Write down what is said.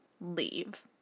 leave